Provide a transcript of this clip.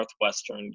Northwestern